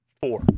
Four